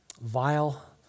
Vile